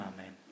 Amen